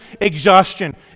exhaustion